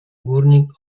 górnik